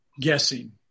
guessing